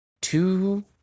two